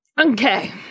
Okay